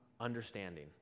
Understanding